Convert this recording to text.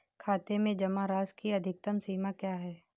खाते में जमा राशि की अधिकतम सीमा क्या है?